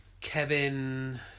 Kevin